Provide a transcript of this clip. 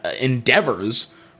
endeavors